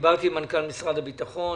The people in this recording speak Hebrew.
דיברתי עם מנכ"ל משרד הביטחון,